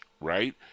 right